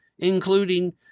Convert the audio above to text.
including